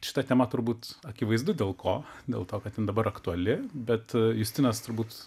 šita tema turbūt akivaizdu dėl ko dėl to kad jin dabar aktuali bet a justinas turbūt